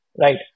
right